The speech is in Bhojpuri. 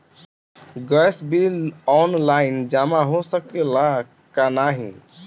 गैस बिल ऑनलाइन जमा हो सकेला का नाहीं?